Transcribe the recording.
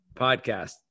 podcast